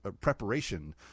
preparation